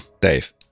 Dave